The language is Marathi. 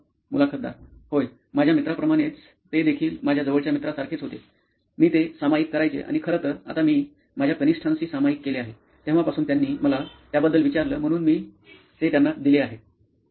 मुलाखतदार होय माझ्या मित्रांप्रमाणेच तेदेखील माझ्या जवळच्या मित्रांसारखेच होते मी ते सामायिक करायचे आणि खरं तर आता मी माझ्या कनिष्ठांशी सामायिक केले आहे तेव्हापासून त्यांनी मला त्याबद्दल विचारलं म्हणून मी ते त्यांना दिला आहे